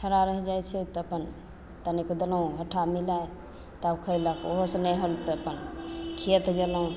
ठरा रहि जाइ छै तऽ अपन तनिक देलहुँ झट्टा मिलाय तब खयलक ओहो सँ नहि होल तऽ अपन खेत गेलहुँ